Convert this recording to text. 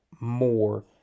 more